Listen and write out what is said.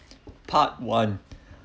part one